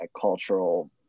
cultural